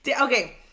Okay